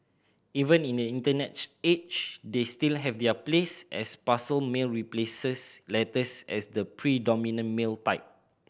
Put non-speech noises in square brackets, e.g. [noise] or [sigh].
even in the internet [unintelligible] age they still have their place as parcel mail replaces letters as the predominant mail type